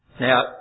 Now